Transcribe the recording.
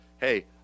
hey